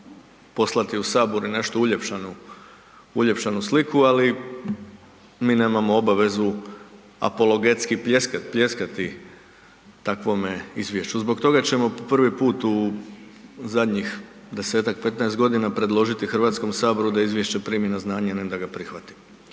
poslati u sabor nešto uljepšanu, uljepšanu sliku, ali mi nemamo obavezu apologetski pljeskat, pljeskati takvome izvješću. Zbog toga ćemo prvi put u zadnjih 10-15.g. predložiti HS da izvješće primi na znanje, a ne da ga prihvati.